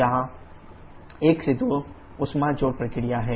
यहाँ 1 2 ऊष्मा जोड़ प्रक्रिया है